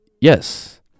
yes